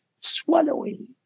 swallowing